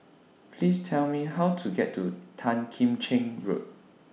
Please Tell Me How to get to Tan Kim Cheng Road